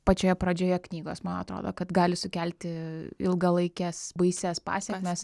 pačioje pradžioje knygos man atrodo kad gali sukelti ilgalaikes baisias pasekmes